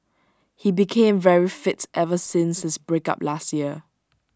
he became very fit ever since his breakup last year